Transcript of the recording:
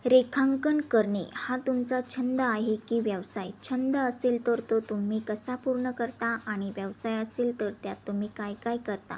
रेखांकन करणे हा तुमचा छंद आहे की व्यवसाय छंद असेल तर तो तुम्ही कसा पूर्ण करता आणि व्यवसाय असेल तर त्यात तुम्ही काय काय करता